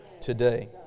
today